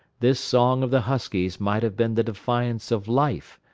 this song of the huskies might have been the defiance of life,